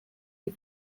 die